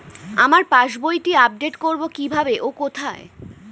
আমার পাস বইটি আপ্ডেট কোরবো কীভাবে ও কোথায়?